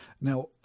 Now